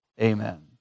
Amen